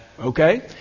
Okay